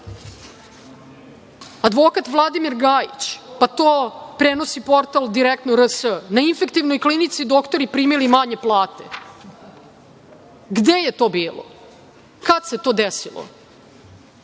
toga. Advokat Vladimir Gajić, to prenosi portal "Direktno RS" - na Infektivnoj klinici doktori primili manje plate. Gde je to bilo? Kad se to desilo?